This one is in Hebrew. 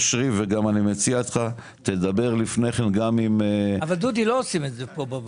אני מציע --- דודי, לא עושים את זה בוועדה.